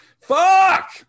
fuck